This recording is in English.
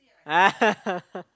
ah